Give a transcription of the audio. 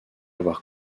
avoir